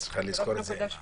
את צריכה לזכור את זה.